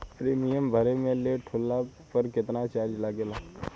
Premium भरे मे late होला पर केतना चार्ज लागेला?